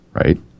Right